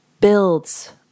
builds